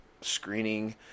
screening